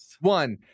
one